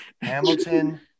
Hamilton